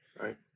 Right